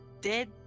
dead